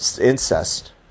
incest